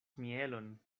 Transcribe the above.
mielon